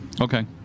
Okay